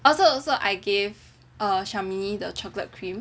oh so in the end I gave Shami the chocolate cream and then